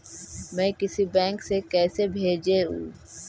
मैं किसी बैंक से कैसे भेजेऊ